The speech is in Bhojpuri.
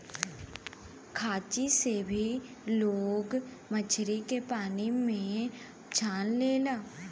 खांची से भी लोग मछरी के पानी में से छान लेला